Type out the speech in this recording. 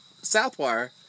Southwire